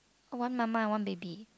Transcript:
one mama and one baby